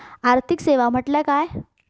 आर्थिक सेवा म्हटल्या काय?